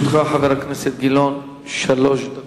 לרשותך, חבר הכנסת גילאון, שלוש דקות.